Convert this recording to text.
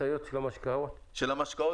נושא של חקירה לעומק של תאונות דרכים,